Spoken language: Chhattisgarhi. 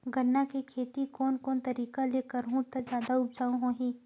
गन्ना के खेती कोन कोन तरीका ले करहु त जादा उपजाऊ होही?